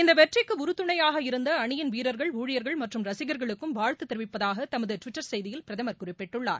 இந்த வெற்றிக்கு உறுதுணையாக இருந்த அணியின் வீரர்கள் ஊழியர்கள் மற்றம் ரசிகர்களுக்கும் வாழ்த்து தெரிவிப்பதாக தமது டுவிட்டர் செய்தியில் பிரதமர் குறிப்பிட்டுள்ளார்